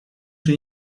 czy